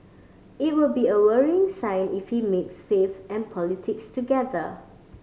it will be a worrying sign if he mixes faith and politics together